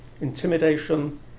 Intimidation